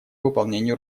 выполнению